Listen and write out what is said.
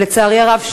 לצערי הרב,